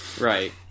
Right